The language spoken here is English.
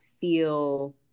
feel